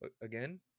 again